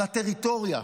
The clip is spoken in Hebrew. על הטריטוריה.